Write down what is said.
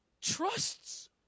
trusts